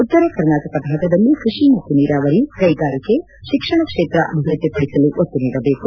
ಉತ್ತರ ಕರ್ನಾಟಕ ಭಾಗದಲ್ಲಿ ಕೃಷಿ ಮತ್ತು ನೀರಾವರಿ ಕೈಗಾರಿಕೆ ಶಿಕ್ಷಣ ಕ್ಷೇತ್ರ ಅಭಿವೃದ್ದಿ ಪಡಿಸಲು ಒತ್ತು ನೀಡಬೇಕು